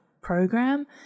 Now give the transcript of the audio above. program